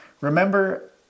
Remember